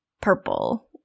purple